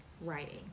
writing